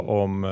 om